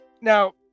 Now